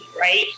right